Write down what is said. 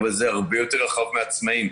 אבל זה הרבה יותר רחב מהעצמאים.